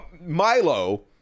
Milo